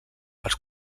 els